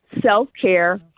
self-care